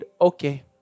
Okay